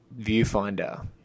viewfinder